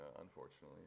unfortunately